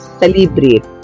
celebrate